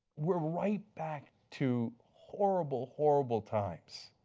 we are right back to horrible, horrible times.